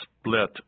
split